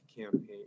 campaign